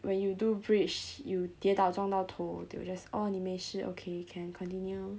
when you do bridge you 跌倒撞到头 they will just oh 你没事 okay can continue